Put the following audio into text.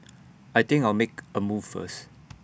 I think I'll make A move first